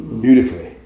beautifully